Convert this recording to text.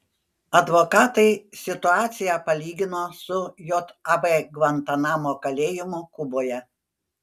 advokatai situaciją palygino su jav gvantanamo kalėjimu kuboje